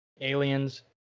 aliens